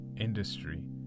industry